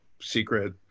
secret